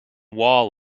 wall